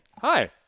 Hi